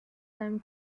deinem